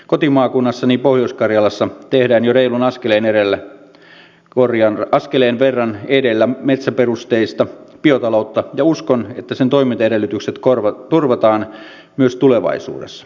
kotimaakunnassani pohjois karjalassa tehdään jo reilun askeleen verran edellä metsäperusteista biotaloutta ja uskon että sen toimintaedellytykset turvataan myös tulevaisuudessa